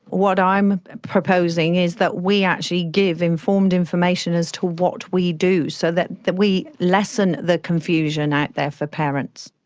what i'm proposing is that we actually give informed information as to what we do, so that that we lessen the confusion out there for parents.